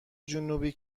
جنوبی